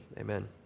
Amen